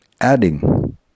adding